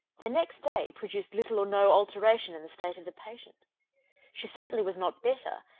the next day produced little or no alteration in the state of the patient she certainly was not better,